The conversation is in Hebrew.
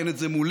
אין את זה מולי,